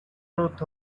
truth